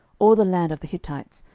all the land of the hittites,